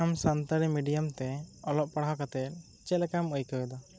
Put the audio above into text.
ᱟᱢ ᱥᱟᱱᱛᱟᱲᱤ ᱢᱤᱰᱤᱭᱟᱢ ᱛᱮ ᱚᱞᱚᱜ ᱯᱟᱲᱦᱟᱣ ᱠᱟᱛᱮ ᱪᱮᱫ ᱞᱮᱠᱟᱢ ᱟᱹᱭᱠᱟᱹᱣ ᱮᱫᱟ